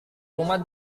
rumah